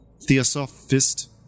theosophist